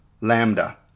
Lambda